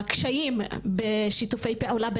הקשיים בשיתופי פעולה,